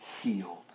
Healed